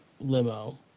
Limo